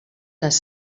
les